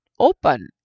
open